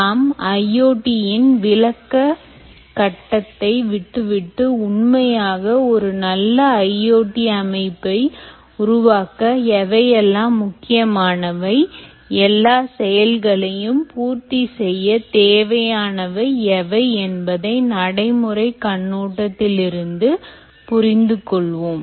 நாம் IoT இன் விளக்க கட்டத்தை விட்டுவிட்டு உண்மையாக ஒரு நல்ல IoT அமைப்பை உருவாக்க எவையெல்லாம் முக்கியமானவை எல்லா செயல்களையும் பூர்த்தி செய்ய தேவையானவை எவை என்பதை நடைமுறை கண்ணோட்டத்தில் இருந்து புரிந்து கொள்வோம்